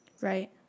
Right